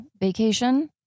vacation